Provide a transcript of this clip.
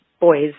Boys